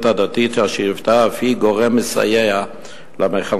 הדתית" אשר היוותה אף היא גורם מסייע למחנכים.